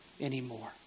anymore